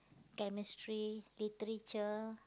chemistry literature